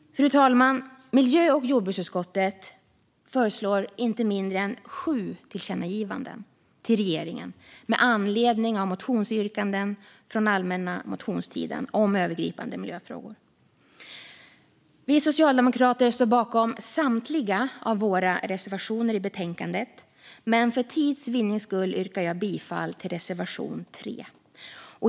Fru talman! Miljö och jordbruksutskottet föreslår inte mindre än sju tillkännagivanden till regeringen med anledning av motionsyrkanden från allmänna motionstiden om övergripande miljöfrågor. Vi socialdemokrater står bakom samtliga av våra reservationer i betänkandet, men för tids vinning yrkar jag bifall bara till reservation 3.